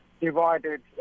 divided